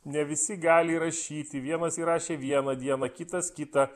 ne visi gali įrašyti vienas įrašė vieną dieną kitas kitą